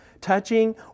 touching